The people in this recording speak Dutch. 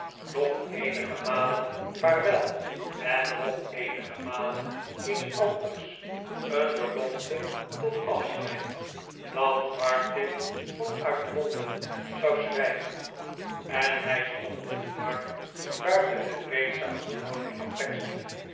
nog eenige malen vaarwel en nog eenige malen iets anders een belofte tot afscheid dat martin vanuit londen zou schrijven en hij stond met mark buiten de vreedzame woning van